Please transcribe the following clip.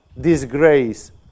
disgrace